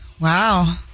Wow